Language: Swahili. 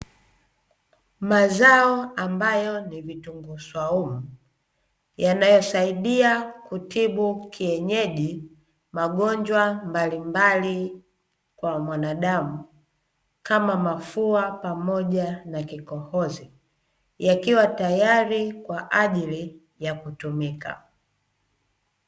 Mazao ambayo ni vitunguu swaumu, yanayosaidia kutibu kienyeji magonjwa mbalimbali kwa mwanadamu, kama mafua pamoja na kikohozi, yakiwa tayari kwa ajili ya kutumika.